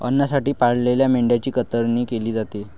अन्नासाठी पाळलेल्या मेंढ्यांची कतरणी केली जाते